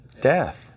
Death